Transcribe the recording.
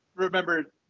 Remember